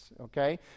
okay